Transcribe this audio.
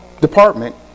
department